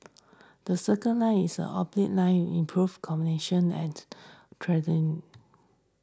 the Circle Line is orbital line improves connectivity and trad in